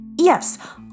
yes